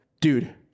dude